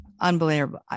unbelievable